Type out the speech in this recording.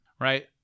Right